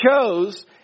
chose